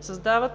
Създават